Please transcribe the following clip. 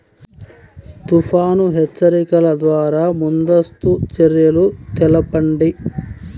తుఫాను హెచ్చరికల ద్వార ముందస్తు చర్యలు తెలపండి?